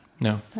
no